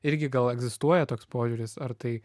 irgi gal egzistuoja toks požiūris ar tai